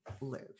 live